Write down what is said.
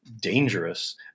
dangerous